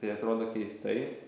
tai atrodo keistai